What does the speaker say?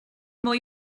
mwy